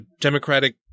Democratic